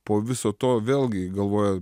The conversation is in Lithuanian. po viso to vėlgi galvoje